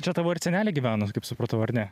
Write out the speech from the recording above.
čia tavo ir seneliai gyveno kaip supratau ar ne